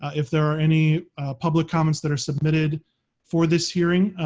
if there are any public comments that are submitted for this hearing,